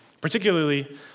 Particularly